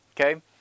Okay